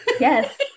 Yes